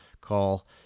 call